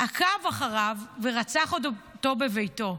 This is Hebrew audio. עקב אחריו ורצח אותו בביתו?